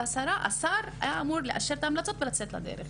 והשר היה אמור לאשר את ההמלצות ולצאת לדרך.